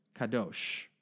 kadosh